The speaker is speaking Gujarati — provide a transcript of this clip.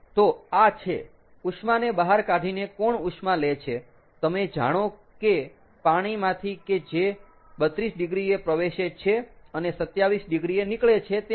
તો આ છે ઉષ્માને બહાર કાઢીને કોણ ઉષ્મા લે છે તમે જાણો કે પાણીમાંથી કે જે 32 ડિગ્રીએ પ્રવેશે છે અને 27 ડિગ્રીએ નીકળે છે તેમાંથી